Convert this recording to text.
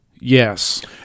yes